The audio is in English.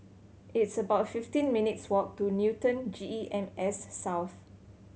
it's about fifteen minutes' walk to Newton G E M S South